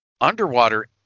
underwater